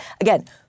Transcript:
Again